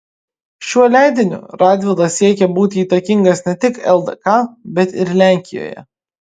šiuo leidiniu radvila siekė būti įtakingas ne tik ldk bet ir lenkijoje